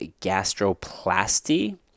gastroplasty